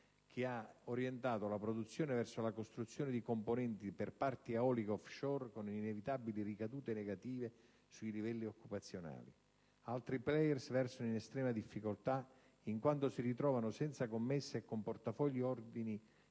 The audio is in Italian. che ha orientato la produzione verso la costruzione di componenti per parchi eolici *offshore*, con inevitabili ricadute negative sui livelli occupazionali. Altri *player* versano in estrema difficoltà in quanto si ritrovano senza commesse o con portafogli ordini